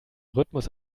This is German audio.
rhythmus